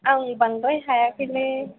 आं बांद्राय हायाखैलै